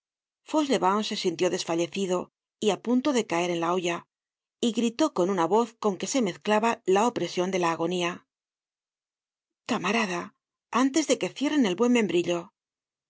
se sintió desfallecido y á punto de caer en la hoya y gritó con una voz con que se mezclaba la opresion de la agonía camarada antes de que cierren el buen membrillo el